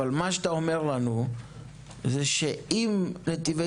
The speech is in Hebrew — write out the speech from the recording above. אבל מה שאתה אומר לנו זה שאם נתיבי